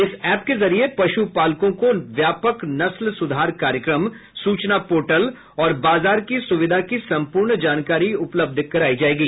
इस ऐप के जरिए पशुपालकों को व्यापक नस्ल सुधार कार्यक्रम सूचना पोर्टल और बाजार की सुविधा की संपूर्ण जानकारी उपलब्ध करायी जाएगी